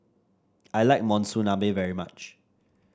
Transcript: I like Monsunabe very much